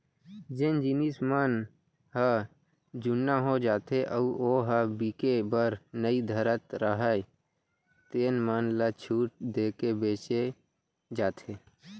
जेन जिनस मन ह जुन्ना हो जाथे अउ ओ ह बिके बर नइ धरत राहय तेन मन ल छूट देके बेचे जाथे